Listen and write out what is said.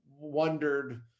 wondered